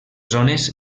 zones